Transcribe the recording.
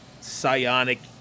psionic